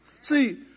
See